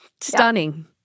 Stunning